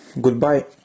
goodbye